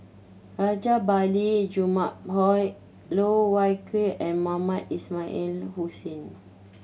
Rajabali Jumabhoy Loh Wai Kiew and Mohamed Ismail Hussain